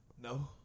no